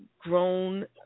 grown